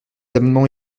amendements